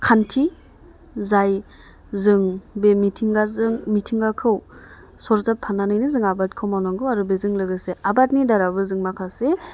खान्थि जाय जों बे मिथिंगाजों मिथिंगाखौ सरजाबफानानैनो जों आबादखौ मावनांगौ आरो बेजों लोगोसे आबादनि दारावबो जों माखासे